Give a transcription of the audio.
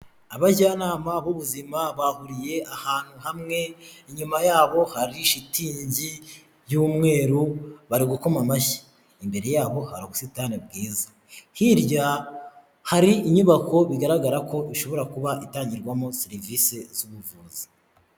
Abajyanama b'ubuzima bahuriye ahantu hamwe, inyuma yabo hari shitingi y'umweru, bari gukoma amashyi, imbere yabo hari ubusitani bwiza, hirya hari inyubako bigaragara ko ishobora kuba itangirwamo serivisi z'ubuvuzi.